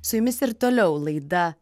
su jumis ir toliau laida